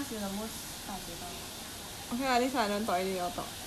you also lor among us you are the most 大嘴巴